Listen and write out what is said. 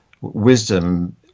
wisdom